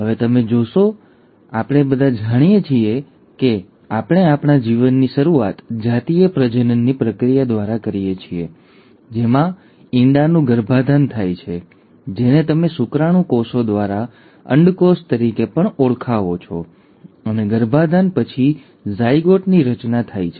હવે તમે જોશો અને આપણે બધા જાણીએ છીએ કે આપણે આપણા જીવનની શરૂઆત જાતીય પ્રજનનની પ્રક્રિયા દ્વારા કરીએ છીએ જેમાં ઇંડાનું ગર્ભાધાન થાય છે જેને તમે શુક્રાણુ કોષો દ્વારા અંડકોષ તરીકે પણ ઓળખાવો છો અને ગર્ભાધાન પછી જ ઝાયગોટ ની રચના થાય છે